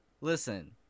listen